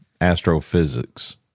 astrophysics